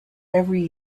every